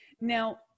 Now